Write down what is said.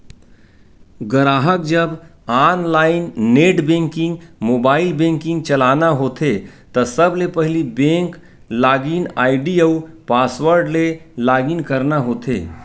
गराहक जब online net banking, mobile banking चलाना होथे त सबले पहिली बेंक लॉगिन आईडी अउ पासवर्ड ले लॉगिन करना होथे